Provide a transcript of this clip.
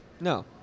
No